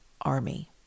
army